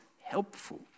helpful